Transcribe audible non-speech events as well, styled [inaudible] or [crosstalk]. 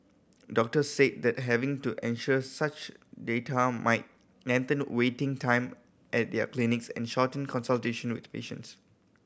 doctors said that having to [unintelligible] such data might lengthen waiting time at their clinics and shorten consultation with patients